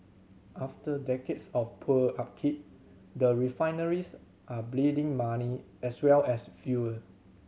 after decades of poor upkeep the refineries are bleeding money as well as fuel